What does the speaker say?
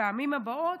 לפעמים הבאות,